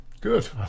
Good